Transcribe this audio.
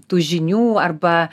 tų žinių arba